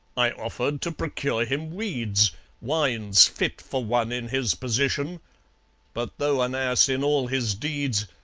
i offered to procure him weeds wines fit for one in his position but, though an ass in all his deeds,